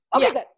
Okay